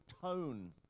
tone